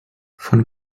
von